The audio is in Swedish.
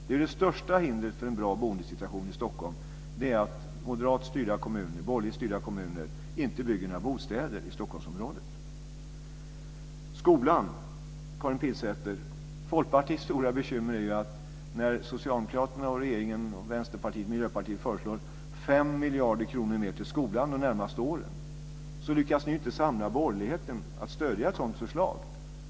Det största hindret för en bra boendesituation i Stockholm är att borgerligt styrda, moderatstyrda, kommuner inte bygger några bostäder i Så skolan, Karin Pilsäter. Folkpartiets stora bekymmer är att när Socialdemokraterna och regeringen, Vänsterpartiet och Miljöpartiet föreslår 5 miljarder mer till skolan de närmaste åren lyckas ni inte samla borgerligheten att stödja ett sådant förslag.